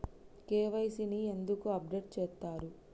KYC ని ఎందుకు update చేత్తరు?